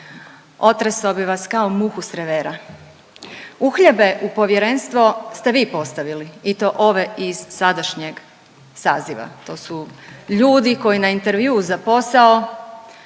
otresao bi vas kao muhu s revera. Uhljebe u povjerenstvo ste vi postavili i to ove iz sadašnjeg saziva. To su ljudi koji na intervjuu za posao